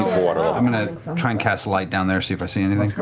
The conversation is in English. i'm going to try and cast light down there, see if i see anything.